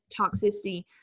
toxicity